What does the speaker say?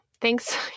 Thanks